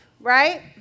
right